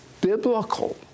biblical